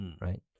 right